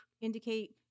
indicate